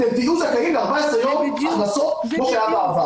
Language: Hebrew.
אתם תהיו זכאים ל-14 יום הכנסות כמו שהיה בעבר.